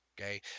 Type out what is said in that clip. okay